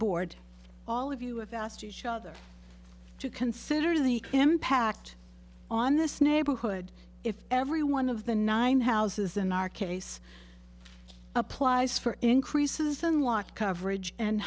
board all of you have asked each other to consider the impact on this neighborhood if every one of the nine houses in our case applies for increases unlocked coverage and